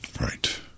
Right